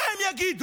מה הם יגידו?